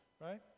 right